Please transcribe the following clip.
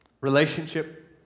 relationship